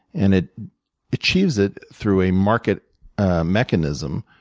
and it achieves it through a market mechanism.